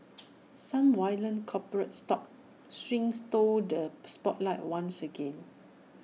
some violent corporate stock swings stole the spotlight once again